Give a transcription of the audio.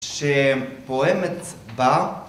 שפועמת בה